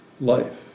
life